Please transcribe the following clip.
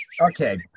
Okay